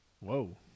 whoa